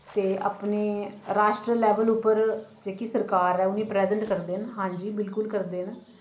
ते अपनी राश्ट्र लेवल उप्पर जेह्की सरकार ऐ उ'नें ई प्रैजेंट करदे न हांजी बिलकुल करदे न